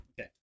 Okay